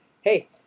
Hey